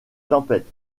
tempête